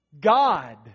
God